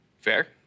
Fair